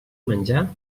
menjar